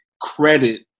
credit